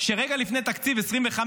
שרגע לפני תקציב 2025,